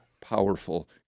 powerful